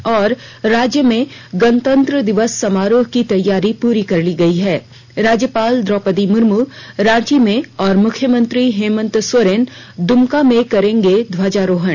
और राज्य में गणतंत्र दिवस समारोह की तैयारी पूरी कर ली गई है राज्यपाल द्रौपदी मुर्मू रांची में और मुख्यमंत्री हेमंत सोरेन द्मका में करेंगे ध्वजारोहण